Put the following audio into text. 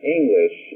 English